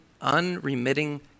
unremitting